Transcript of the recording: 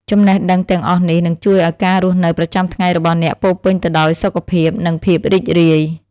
ចំណេះដឹងទាំងអស់នេះនឹងជួយឱ្យការរស់នៅប្រចាំថ្ងៃរបស់អ្នកពោរពេញទៅដោយសុខភាព និងភាពរីករាយ។